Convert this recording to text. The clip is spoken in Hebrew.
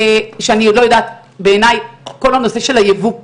שאני עוד לא יודעת, בעיניי כל הנושא של היבוא,